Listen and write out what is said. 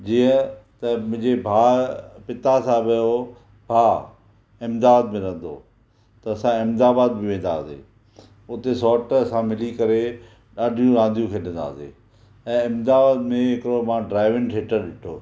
जीअं त मुंहिंजे भाउ पिता साहब जो भाउ अहमदाबाद में रहंदो हुओ त असां अहमदाबाद बि वेंदा हुआसीं हुते सौट सां मिली करे ॾाढियूं रांदियूं खेॾंदा हुआसीं ऐं अहमदाबाद में हिकड़ो मां ड्राइव इन थिएटर ॾिठो